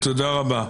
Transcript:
תודה רבה.